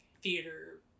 Theater